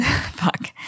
Fuck